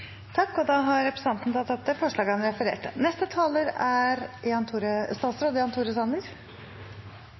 Da har representanten Bjørnar Moxnes tatt opp det forslaget han refererte til. 2020 er